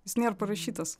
jis nėra parašytas